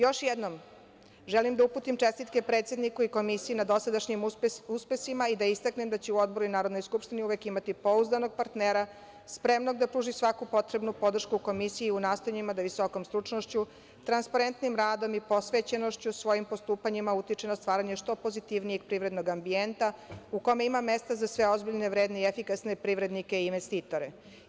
Još jednom želim da uputim čestitke predsedniku Komisije na dosadašnjim uspesima i da istaknem da će u Odboru i u Narodnoj skupštini uvek imati pouzdanog partnera, spremnog da pruži svaku potrebnu podršku Komisiji u nastojanjima da visokom stručnošću, transparentnim radom, posvećenošću svojim postupanjima utiče na stvaranje što pozitivnijeg privrednog ambijenta u kome ima mesta za sve ozbiljne, vredne i efikasne privrednike i investitore.